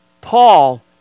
Paul